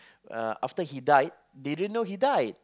uh after he died didn't know he died